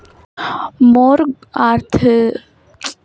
मोर आरथिक स्थिति ठीक नहीं है तो गोल्ड लोन पात्रता माने जाहि?